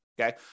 okay